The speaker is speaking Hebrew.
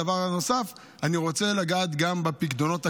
דבר נוסף, אני רוצה לגעת גם בפיקדונות הקיימים.